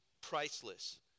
priceless